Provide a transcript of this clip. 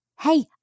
hey